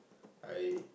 I